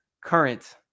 current